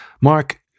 Mark